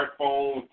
smartphone